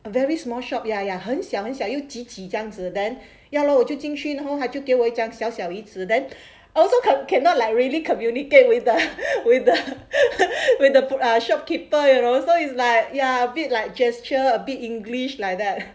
a very small shop ya ya 很小很小又挤挤这样子 then ya lor 我就进去然后他就给我一张小小椅子 then I also cannot like really communicate with the with the shopkeeper you know so it's like ya a bit like gesture a bit english like that